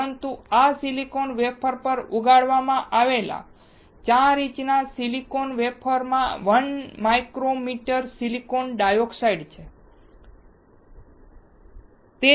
પરંતુ આ silicon wafer પર ઉગાડવામાં આવેલા 4 ઇંચના સિલિકોન વેફરમાં 1 માઇક્રોમીટર સિલિકોન ડાયોક્સાઇડ છે